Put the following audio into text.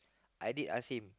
I did ask him